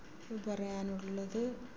പറയാനുള്ളത്